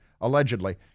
allegedly